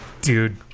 Dude